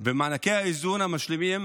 ומענקי האיזון המשלימים,